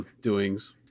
doings